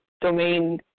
domain